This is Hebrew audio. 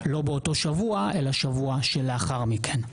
לא באותו שבוע אלא שבוע שלאחר מכן.